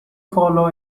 follow